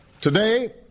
today